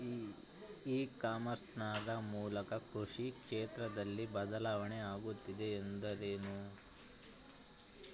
E commerce ನ ಮೂಲಕ ಕೃಷಿ ಕ್ಷೇತ್ರದಲ್ಲಿ ಬದಲಾವಣೆ ಆಗುತ್ತಿದೆ ಎಂದರೆ ಏನು?